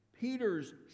Peter's